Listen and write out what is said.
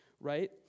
right